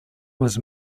was